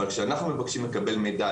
אבל כשאנחנו מבקשים לקבל מידע,